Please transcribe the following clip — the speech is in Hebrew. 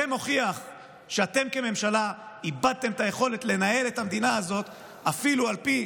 זה מוכיח שאתם כממשלה איבדתם את היכולת לנהל את המדינה הזאת אפילו על פי